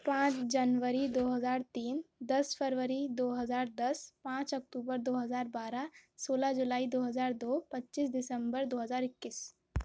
پانچ جنوری دو ہزار تین دس فروری دو ہزار دس پانچ اکتوبر دو ہزار بارہ سولہ جولائی دو ہزار دو پچیس دسمبر دو ہزار اکیس